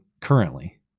currently